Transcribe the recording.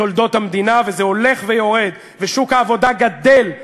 בתולדות המדינה, וזה הולך ויורד, ושוק העבודה גדל.